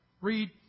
Read